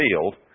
field